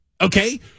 okay